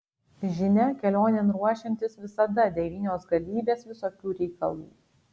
žinia kelionėn ruošiantis visada devynios galybės visokių reikalų